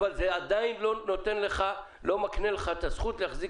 אבל זה עדיין לא מקנה לך את הזכות להחזיק